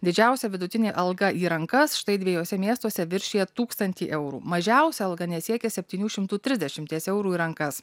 didžiausia vidutinė alga į rankas štai dviejuose miestuose viršija tūkstantį eurų mažiausia alga nesiekia septynių šimtų trisdešimties eurų į rankas